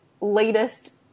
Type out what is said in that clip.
latest